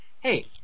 Hey